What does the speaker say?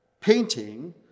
painting